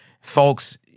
Folks